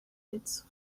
its